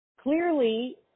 clearly